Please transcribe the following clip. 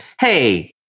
Hey